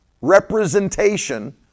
representation